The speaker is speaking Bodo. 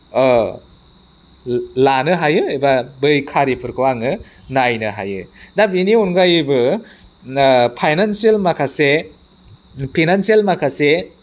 लानो हायो एबा बै खारिफोरखौ आङो नायनो हायो दा बेनि अनगायैबो फाइनान्सियेल माखासे फाइनान्सियेल माखासे